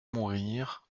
mourir